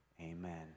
amen